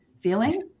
feeling